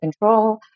control